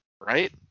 right